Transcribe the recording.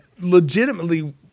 legitimately